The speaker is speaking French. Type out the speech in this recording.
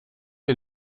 est